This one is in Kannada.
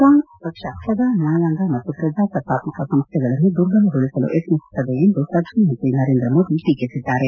ಕಾಂಗ್ರೆಸ್ ಪಕ್ಷ ಸದಾ ನ್ಯಾಯಾಂಗ ಮತ್ತು ಪ್ರಜಾಸತ್ತಾತ್ಮಕ ಸಂಸ್ಠೆಗಳನ್ನು ದುರ್ಬಲಗೊಳಿಸಲು ಯತ್ತಿಸುತ್ತದೆ ಎಂದು ಪ್ರಧಾನಮಂತ್ರಿ ನರೇಂದ್ರ ಮೋದಿ ಟೀಕಿಸಿದ್ದಾರೆ